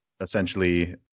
essentially